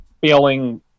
feeling